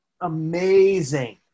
amazing